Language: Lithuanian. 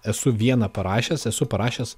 esu vieną parašęs esu parašęs